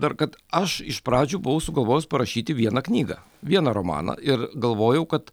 dar kad aš iš pradžių buvau sugalvojęs parašyti vieną knygą vieną romaną ir galvojau kad